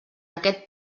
aquest